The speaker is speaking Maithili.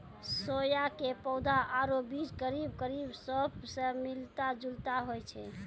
सोया के पौधा आरो बीज करीब करीब सौंफ स मिलता जुलता होय छै